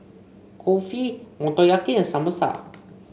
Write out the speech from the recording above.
Kulfi Motoyaki and Samosa